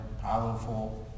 powerful